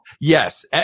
yes